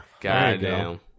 Goddamn